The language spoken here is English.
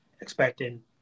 expecting